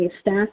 staff